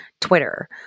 Twitter